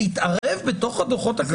להתערב בתוך הדוחות הכספיים?